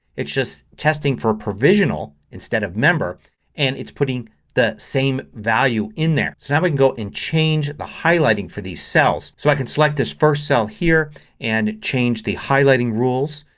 it's just testing for provisional instead of member and it's putting the same value in there. so now we can go and change the highlighting for these cells. so i can select this first cell here and change the highlighting rules,